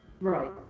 Right